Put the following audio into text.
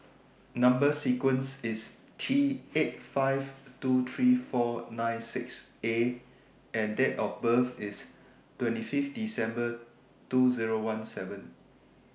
Number sequence IS T eight five two three four nine six A and Date of birth IS twenty five December two Zero one seven